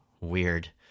Weird